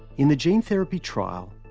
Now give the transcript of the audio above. in the gene therapy trial,